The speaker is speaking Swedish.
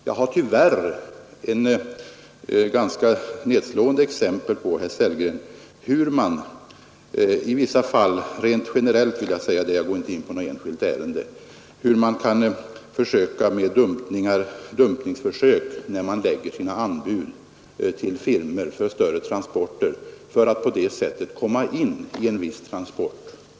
Jag har tyvärr ett ganska nedslående exempel på hur man i vissa fall — rent generellt vill jag säga detta, jag går inte in på något enskilt ärende — gör dumpningsförsök när man lägger sina anbud till firmor för större transporter för att på det sättet komma in i en viss transport.